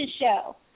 show